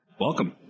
Welcome